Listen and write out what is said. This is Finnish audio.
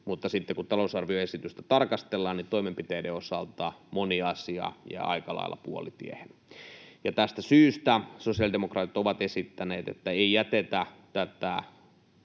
mutta sitten, kun talousarvioesitystä tarkastellaan, niin toimenpiteiden osalta moni asia jää aika lailla puolitiehen. Tästä syystä sosiaalidemokraatit ovat esittäneet, että ei jätetä tätä